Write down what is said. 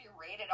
rated